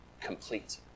complete